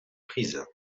prise